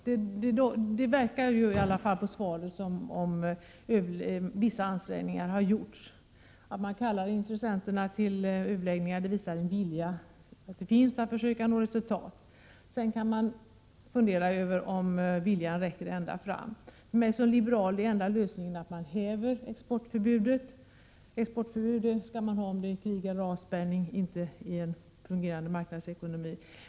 Av det svar jag har fått verkar det som om vissa ansträngningar i alla fall har gjorts. Att man kallar intressenterna till överläggningar visar att det finns en vilja att försöka nå resultat. Man kan däremot fundera över om viljan så att säga räcker ända fram. För mig som liberal är den enda lösningen att man upphäver exportförbuden. Exportförbud skall man ha vid krig eller avspärrning — inte i en fungerande marknadsekonomi.